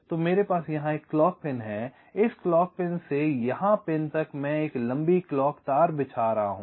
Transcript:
तो मेरे पास यहां एक क्लॉक पिन है इस क्लॉक पिन से यहां पिन तक मैं एक लंबी क्लॉक तार बिछा रहा हूं